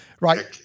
right